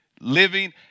Living